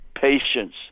patience